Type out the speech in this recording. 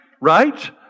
right